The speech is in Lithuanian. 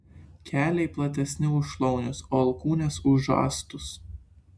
keliai platesni už šlaunis o alkūnės už žastus